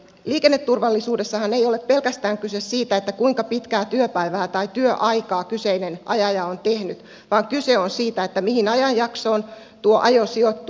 liikenneturvallisuudessahan ei ole pelkästään kyse siitä kuinka pitkää työpäivää tai työaikaa kyseinen ajaja on tehnyt vaan kyse on siitä mihin ajanjaksoon tuo ajo sijoittuu